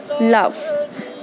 love